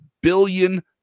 billion